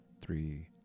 three